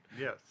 Yes